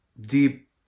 deep